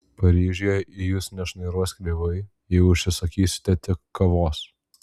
paryžiuje į jus nešnairuos kreivai jei užsisakysite tik kavos